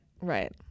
Right